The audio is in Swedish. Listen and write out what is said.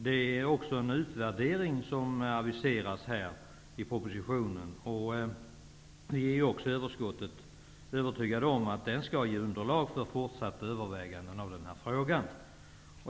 I propositionen aviseras en utvärdering, och vi är i utskottet övertygade om att den utvärderingen skall ge underlag för fortsatta överväganden i den här frågan.